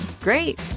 Great